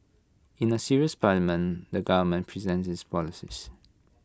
in A serious parliament the government presents its policies